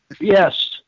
yes